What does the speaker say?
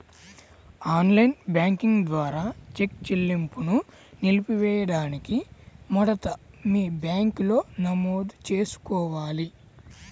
on line banking ద్వారా cheque చెల్లింపును నిలిపివేయడానికి మొదట మీ బ్యాంకులో నమోదు చేసుకోవాలి